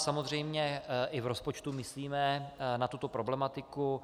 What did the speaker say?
Samozřejmě i v rozpočtu myslíme na tuto problematiku.